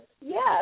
Yes